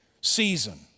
season